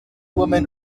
woman